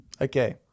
Okay